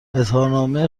اظهارنامه